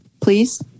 please